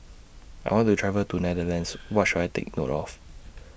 I want to travel to Netherlands What should I Take note of